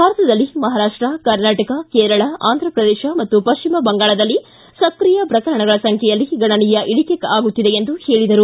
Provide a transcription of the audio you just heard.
ಭಾರತದಲ್ಲಿ ಮಹಾರಾಪ್ಟ ಕರ್ನಾಟಕ ಕೇರಳ ಆಂಧ್ರಪ್ರದೇಶ ಮತ್ತು ಪಶ್ಚಿಮ ಬಂಗಾಳದಲ್ಲಿ ಸ್ತ್ರಿಯ ಪ್ರಕರಣಗಳ ಸಂಖ್ಯೆಯಲ್ಲಿ ಗಣನೀಯ ಇಳಕೆ ಆಗುತ್ತಿದೆ ಎಂದು ತಿಳಿಸಿದರು